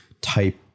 type